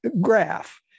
graph